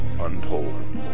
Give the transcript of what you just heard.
untold